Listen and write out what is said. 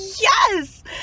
yes